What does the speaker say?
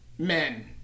Men